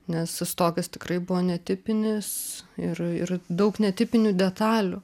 nes stogas tikrai buvo netipinis ir ir daug netipinių detalių